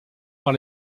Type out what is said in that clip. par